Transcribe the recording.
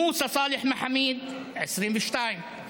מוסא סאלח מחמיד, 22,